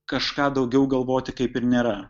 kažką daugiau galvoti kaip ir nėra